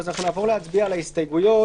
אנחנו נעבור להצביע על ההסתייגויות,